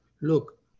look